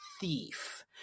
thief